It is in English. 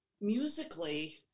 Musically